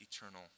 eternal